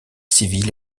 civile